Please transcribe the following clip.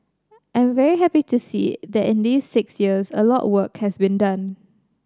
I'm very happy to see that in these six years a lot of work has been done